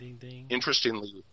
Interestingly